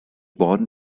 born